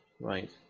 right